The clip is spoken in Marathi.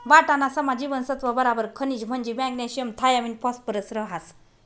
वाटाणासमा जीवनसत्त्व बराबर खनिज म्हंजी मॅग्नेशियम थायामिन फॉस्फरस रहास